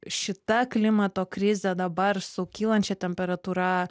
šita klimato krizė dabar su kylančia temperatūra